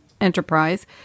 enterprise